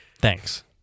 Thanks